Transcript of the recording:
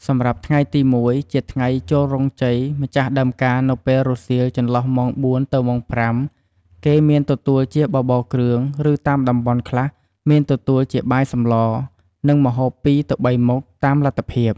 សម្រាប់់ថ្ងៃទី១ ជាថ្ងៃចូលរោងជ័យម្ចាស់ដើមការនៅពេលរសៀលចន្លោះម៉ោង៤ទៅម៉ោង៥គេមានទទួលជាបបរគ្រឿង ឬតាមតំបន់ខ្លះមានទទួលជាបាយសម្ល និងម្ហូប២ទៅ៣មុខតាមលទ្ធភាព ។